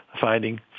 finding